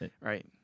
Right